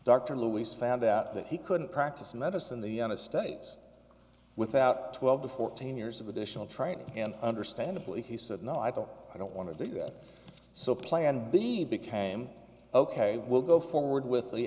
dr luis found out that he couldn't practice medicine the united states without twelve to fourteen years of additional training and understandably he said no i don't i don't want to do that so plan b became ok we'll go forward with the